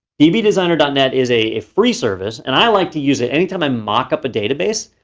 dbdesigner dot net is a free service and i like to use it anytime i mock up a database.